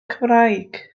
cymraeg